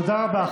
תודה רבה.